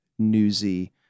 newsy